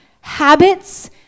habits